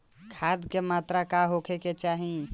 खाध के मात्रा का होखे के चाही?